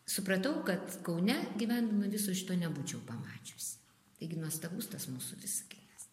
supratau kad kaune gyvendama viso šito nebūčiau pamačiusi taigi nuostabus tas mūsų visaginas